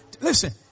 Listen